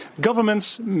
Governments